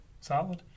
Solid